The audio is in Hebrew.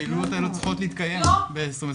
הפעילויות האלה צריכות להתקיים ב-2022.